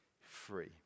free